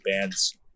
bands